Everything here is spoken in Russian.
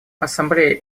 ассамблея